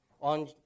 on